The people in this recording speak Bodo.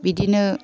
बिदिनो